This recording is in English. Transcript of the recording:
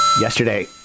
Yesterday